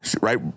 Right